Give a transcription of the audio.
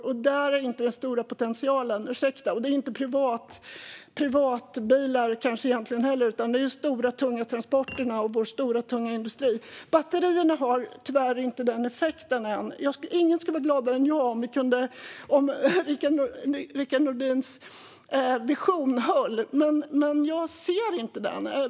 Där finns inte den stora potentialen, ursäkta, och kanske inte heller i privatbilar, utan potentialen finns i de stora och tunga transporterna och vår stora tunga industri. Batterierna har tyvärr inte den effekten än. Ingen skulle bli gladare än jag om Rickard Nordins vision höll, men jag ser inte det.